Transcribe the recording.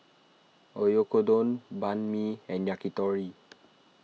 Oyakodon Banh Mi and Yakitori